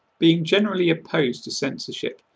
being generally opposed to censorship,